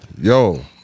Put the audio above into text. Yo